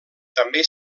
també